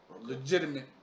legitimate